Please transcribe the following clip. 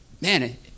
man